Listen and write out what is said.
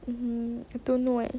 um I don't know eh